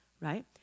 right